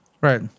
right